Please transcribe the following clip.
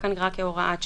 כאן רק כהוראת שעה.